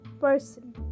person